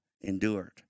endured